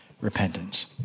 repentance